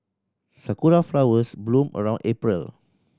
sakura flowers bloom around April